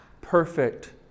perfect